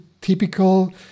typical